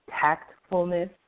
tactfulness